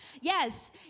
yes